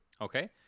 okay